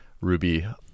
Ruby